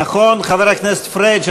נכון, חבר הכנסת פריג'?